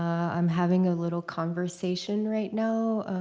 i'm having a little conversation, right now.